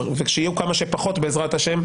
ושיהיו כמה שפחות מקרים בעזרת השם,